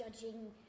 judging